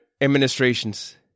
administrations